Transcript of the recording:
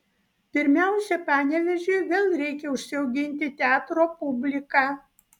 pirmiausia panevėžiui vėl reikia užsiauginti teatro publiką